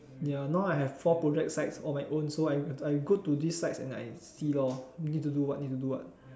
ya now I have four project sites on my own so I I go to these sites and see need to do what need to do what